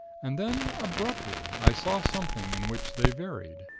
and then abruptly, i saw something in which they varied.